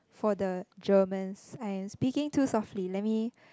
for the Germans I'm speaking too softly let me